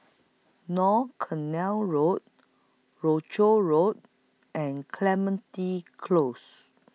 North Canal Road Croucher Road and Clementi Close